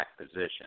position